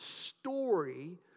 Story